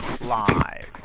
live